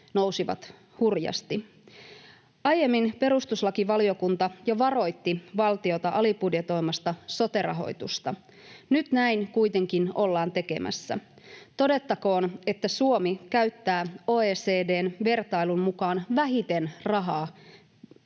nousivat hurjasti. Aiemmin perustuslakivaliokunta jo varoitti valtiota alibudjetoimasta sote-rahoitusta. Nyt näin kuitenkin ollaan tekemässä. Todettakoon, että Suomi käyttää OECD:n vertailun mukaan vähiten rahaa